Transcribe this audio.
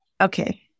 Okay